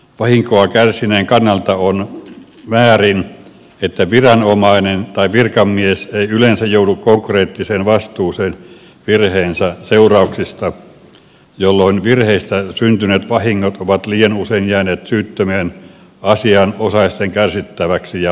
vahinkoa kärsineen kannalta on väärin että viranomainen tai virkamies ei yleensä joudu konkreettiseen vastuuseen virheensä seurauksista jolloin virheestä syntyneet vahingot ovat liian usein jääneet syyttömien asianosaisten kärsittäviksi ja maksettaviksi